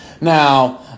Now